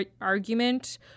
argument